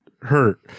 hurt